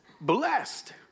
Blessed